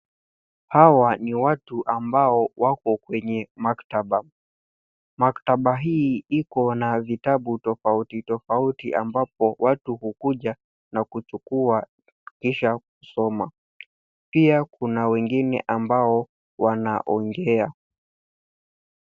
Hawa ni watu ambao wako kwenye maktaba. Maktaba hii iko na vitabu tofauti tofauti, ambapo watu hukuja na kuchukua kisha kusoma. Pia kuna wengine ambao wanaongea.